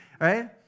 Right